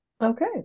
Okay